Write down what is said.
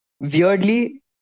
weirdly